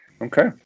Okay